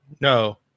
No